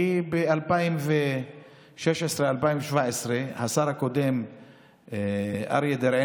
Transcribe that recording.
כי ב-2017-2016 השר הקודם אריה דרעי